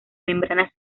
membranas